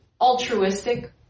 altruistic